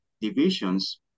divisions